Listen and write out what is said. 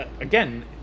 again